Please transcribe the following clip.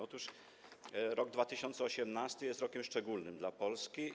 Otóż rok 2018 jest rokiem szczególnym dla Polski.